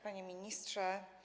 Panie Ministrze!